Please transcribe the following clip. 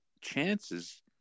chances